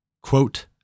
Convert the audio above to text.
quote